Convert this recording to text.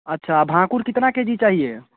अच्छा भाकुड़ कितना के जी चाहिए